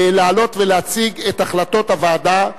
לעלות ולהציג את החלטות הוועדה.